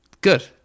Good